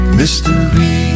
mystery